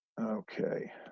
okay